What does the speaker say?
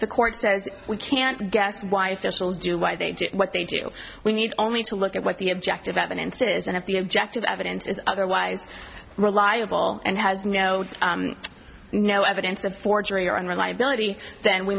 the court says we can't guess why officials do why they did what they do we need only to look at what the objective evidence is and if the objective evidence is otherwise reliable and has no no evidence of forgery or unreliability then we